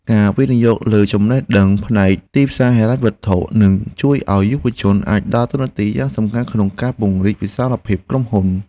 ការវិនិយោគលើចំណេះដឹងផ្នែកទីផ្សារហិរញ្ញវត្ថុនឹងជួយឱ្យយុវជនអាចដើរតួនាទីយ៉ាងសំខាន់ក្នុងការពង្រីកវិសាលភាពក្រុមហ៊ុន។